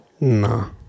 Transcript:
Nah